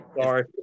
Sorry